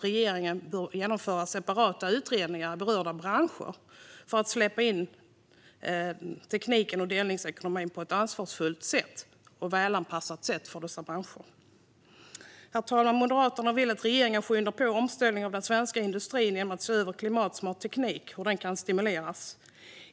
Regeringen bör också genomföra separata utredningar i berörda branscher för att släppa in tekniken och delningsekonomin på ett ansvarsfullt sätt som är väl anpassat för dessa branscher. Herr talman! Moderaterna vill att regeringen skyndar på omställningen av den svenska industrin genom att se över hur klimatsmart teknik kan stimuleras.